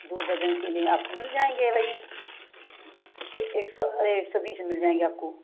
दो दर्जन केले आपको मिल जाएंगे भाई एक सौ एक सौ बीस में मिल जाएंगे आपको